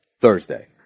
Thursday